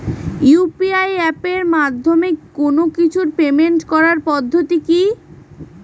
UPI এপের মাধ্যমে কোন কিছুর পেমেন্ট করার পদ্ধতি কি?